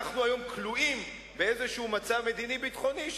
אנחנו היום כלואים באיזה מצב מדיני-ביטחוני.